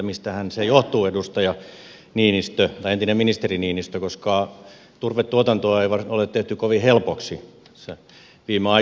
mistähän se johtuu edustaja niinistö tai entinen ministeri niinistö koska turvetuotantoa ei ole tehty kovin helpoksi tässä viime aikoina